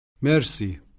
Merci